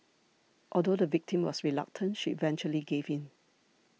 although the victim was reluctant she eventually gave in